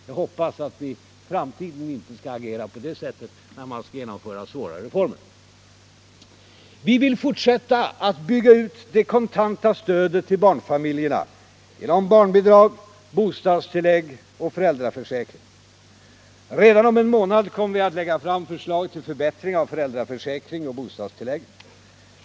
Jag hoppas att ni i framtiden inte skall agera på det sättet när det gäller att genomföra reformer som möter ett visst motstånd. Vi vill fortsätta att bygga ut det kontanta stödet till barnfamiljerna genom barnbidrag, bostadstillägg och föräldraförsäkring. Redan om en månad kommer vi att lägga fram förslag till förbättring av föräldraförsäkring och bostadstillägg.